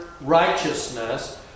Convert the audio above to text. righteousness